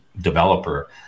developer